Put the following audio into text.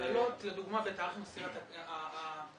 הקלות לדוגמה בתאריך מסירת ה - בתאריך